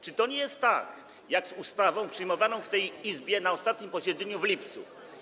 Czy to nie jest tak, jak z ustawą przyjmowaną w tej Izbie na ostatnim posiedzeniu w lipcu?